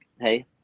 hey